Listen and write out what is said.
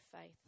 faith